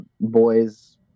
boys